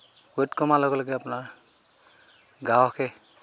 weight কমাৰ লগে লগে আপোনাৰ গ্ৰাহকে